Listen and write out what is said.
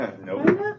Nope